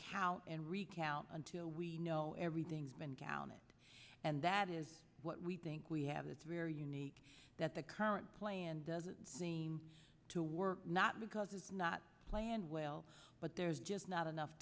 count and recount until we know everything's been counted and that is what we think we have it's very unique that the current plan doesn't seem to work not because it's not planned well but there's just not enough